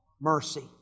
Mercy